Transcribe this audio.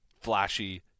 flashy